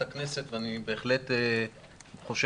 אני יכול